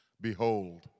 behold